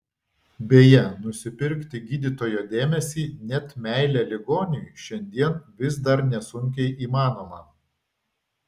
beje nusipirkti gydytojo dėmesį net meilę ligoniui šiandien vis dar nesunkiai įmanoma